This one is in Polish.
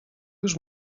już